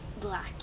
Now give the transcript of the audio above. Black